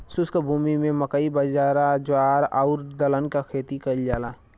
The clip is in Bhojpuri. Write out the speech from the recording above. शुष्क भूमि में मकई, जवार, बाजरा आउर दलहन के खेती कयल जाला